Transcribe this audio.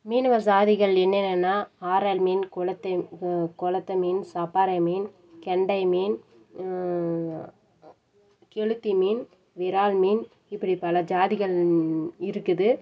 மீனவ சாதிகள் என்னென்னனா ஆரல் மீன் குளத்து குளத்து மீன் சப்பாறை மீன் கெண்டை மீன் கெளுத்தி மீன் விறால் மீன் இப்படி பல ஜாதிகள் இருக்குது